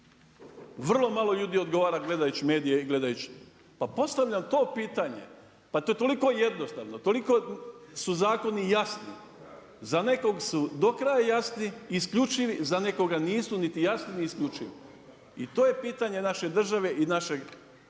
vrlo malo ljudi odgovara gledajući medije i gledajući. Pa postavljam to pitanje, pa to je toliko jednostavno, toliko su zakoni jasni. Za nekoga su do kraja jasni, isključivi, za nekoga nisu niti jasni niti isključivi. I to je pitanje naše države i našeg